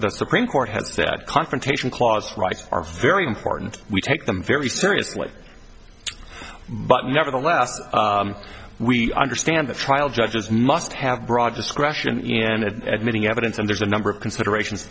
the supreme court has this confrontation clause rights are very important we take them very seriously but nevertheless we understand that trial judges must have broad discretion in admitting evidence and there's a number of considerations